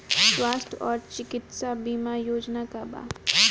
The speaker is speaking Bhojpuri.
स्वस्थ और चिकित्सा बीमा योजना का बा?